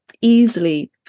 easily